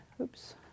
oops